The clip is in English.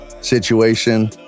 situation